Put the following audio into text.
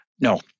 No